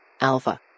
Alpha